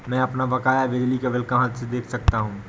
मैं अपना बकाया बिजली का बिल कहाँ से देख सकता हूँ?